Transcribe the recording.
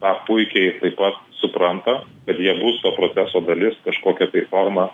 tą puikiai taip pat supranta ir jie bus to proceso dalis kažkokia forma